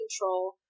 control